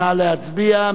נא להצביע.